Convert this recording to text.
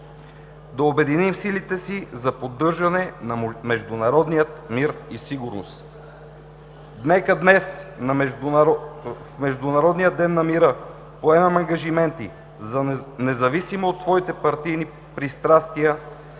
Да обединим силите за поддържане на международния мир и сигурност. Нека днес на Международния ден на мира поемем ангажименти, независимо от своите партийни пристрастия,